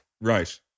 Right